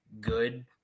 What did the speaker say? good